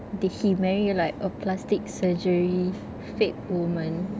did he marry like a plastic surgery fake woman